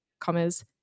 Commas